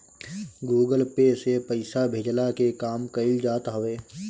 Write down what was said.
Google Pay से पईसा भेजला के काम कईल जात हवे